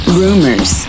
rumors